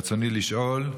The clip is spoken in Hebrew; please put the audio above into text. ברצוני לשאול: